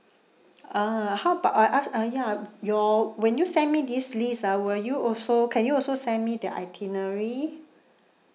uh how about I ask ah ya your when you send me this list ah will you also can you also send me the itinerary